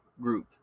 group